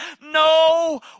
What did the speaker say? no